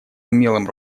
умелым